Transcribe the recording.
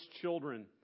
children